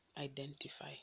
identify